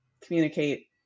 communicate